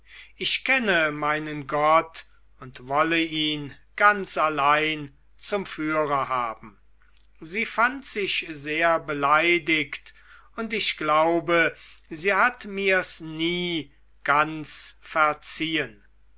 ich kenne meinen gott und wolle ihn ganz allein zum führer haben sie fand sich sehr beleidigt und ich glaube sie hat mir's nie ganz verziehen